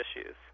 issues